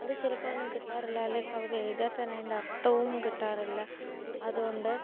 അത് ചിലപ്പോഴൊന്നും കിട്ടാറില്ല അല്ലേ കവിത എഴുതിയാല് തന്നെ അതിൻ്റെ അർത്ഥവും കിട്ടാറില്ല അതുകൊണ്ട്